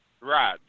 Right